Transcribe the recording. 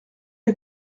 les